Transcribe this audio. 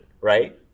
right